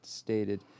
stated